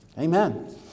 Amen